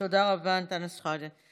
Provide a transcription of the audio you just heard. תודה רבה, אנטאנס שחאדה.